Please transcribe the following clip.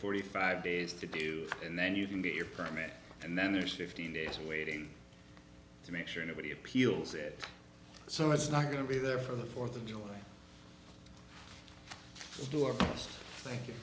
forty five days to do and then you can be your permit and then there's fifteen days of waiting to make sure nobody appeals it so it's not going to be there for the fourth of july story thank